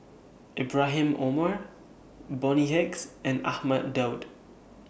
Ibrahim Omar Bonny Hicks and Ahmad Daud